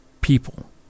people